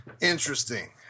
Interesting